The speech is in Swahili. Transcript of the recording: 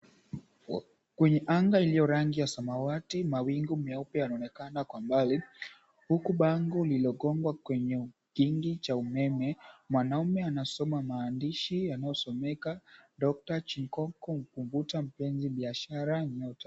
Kwenye anga iliyo rangi ya samawati, mawingu meupe yanaonekana kwa mbali. Huku bango lililogongwa kwenye kingi cha umeme, mwanaume anasoma maandishi yanayosomeka; DR Chinkonko. Kuvuta mpenzi, biashara nk.